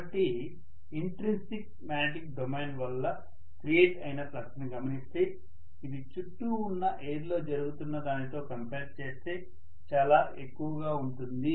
కాబట్టి intrinsic magnetic domain వల్ల create అయిన ఫ్లక్స్ ని గమనిస్తే ఇది చుట్టూ ఉన్న ఎయిర్ లో జరుగుతున్న దానితో కంపేర్ చేస్తే చాలా ఎక్కువగా ఉంటుంది